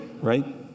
Right